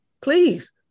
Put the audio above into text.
Please